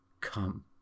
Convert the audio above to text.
Come